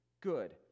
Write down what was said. good